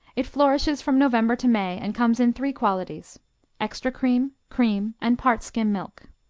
it flourishes from november to may and comes in three qualities extra cream, cream, and part skim milk.